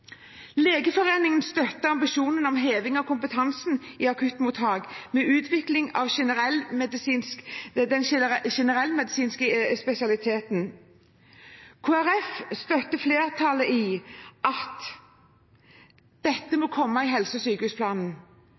Legeforeningen støtter ambisjonen om heving av kompetansen i akuttmottak med utvikling av den generellmedisinske spesialiteten. Kristelig Folkeparti støtter flertallet i at dette må komme i helse- og sykehusplanen.